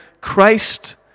Christ